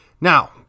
Now